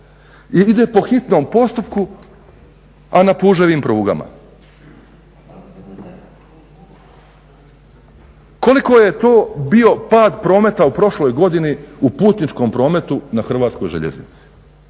ide po hitnom postupku, a na puževim prugama. Koliko je to bio pad prometa u prošloj godini u putničkom prometu na HŽ-u? Možda